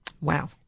Wow